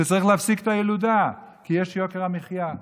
שצריך להפסיק את הילודה כי יש יוקר המחיה.